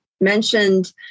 mentioned